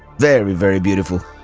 very, very beautiful.